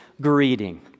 greeting